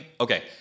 okay